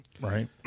right